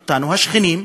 השכנים,